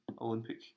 Olympic